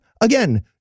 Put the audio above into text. Again